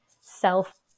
self